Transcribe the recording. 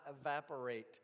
evaporate